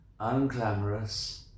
unglamorous